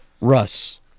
Russ